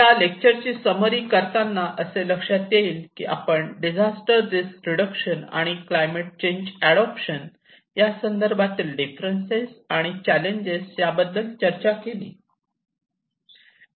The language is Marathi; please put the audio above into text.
या लेक्चर ची समरी करताना असे लक्षात येईल की आपण डिझास्टर रिस्क रिडक्शन आणि क्लायमेट चेंज अडोप्शन यासंदर्भातील डिफरन्ससेस आणि चॅलेंजेस याबद्दल चर्चा केली